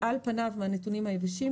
על פניו מהנתונים היבשים,